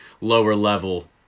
lower-level